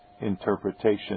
interpretation